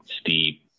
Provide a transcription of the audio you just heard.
steep